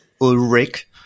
Ulrich